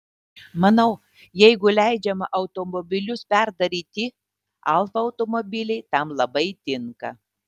manau jeigu leidžiama automobilius perdaryti alfa automobiliai tam labai tinka